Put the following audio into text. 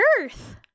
earth